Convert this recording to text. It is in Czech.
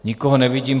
Nikoho nevidím.